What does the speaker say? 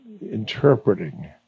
interpreting